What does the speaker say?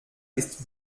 ist